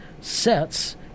sets